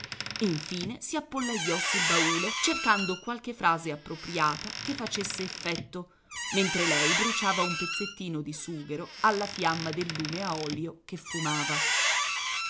davvero infine si appollaiò sul baule cercando qualche frase appropriata che facesse effetto mentre lei bruciava un pezzettino di sughero alla fiamma del lume a olio che fumava